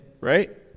right